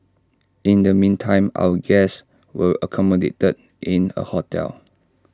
in the meantime our guests were accommodated in A hotel